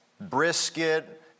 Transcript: brisket